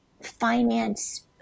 finance